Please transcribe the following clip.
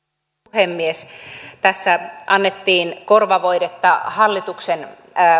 puhemies tässä annettiin korvavoidetta hallituksen